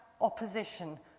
opposition